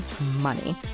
money